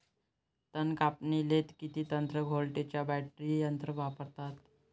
तन कापनीले किती व्होल्टचं बॅटरी यंत्र वापरतात?